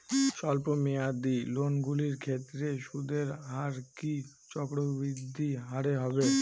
স্বল্প মেয়াদী লোনগুলির ক্ষেত্রে সুদের হার কি চক্রবৃদ্ধি হারে হবে?